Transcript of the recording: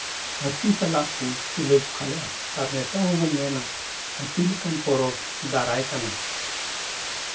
ᱦᱟᱹᱛᱤ ᱥᱟᱞᱟᱜ ᱠᱚ ᱛᱩᱞᱟᱹᱡᱚᱠᱷᱟ ᱞᱮᱫᱼᱟ ᱟᱨ ᱱᱤᱛᱚᱝ ᱦᱚᱵᱚᱱ ᱢᱮᱱᱟ ᱦᱟᱹᱛᱤ ᱞᱮᱠᱟᱱ ᱯᱚᱨᱚᱵᱽ ᱫᱟᱨᱟᱭ ᱠᱟᱱᱟ